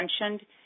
mentioned